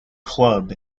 club